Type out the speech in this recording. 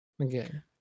Again